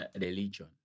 religion